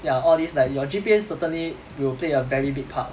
ya all these like your G_P_A certainly will play a very big part